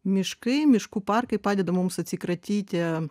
miškai miškų parkai padeda mums atsikratyti